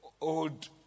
old